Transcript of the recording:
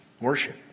worship